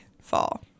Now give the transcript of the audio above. fall